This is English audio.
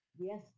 Yes